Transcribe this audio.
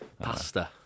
Pasta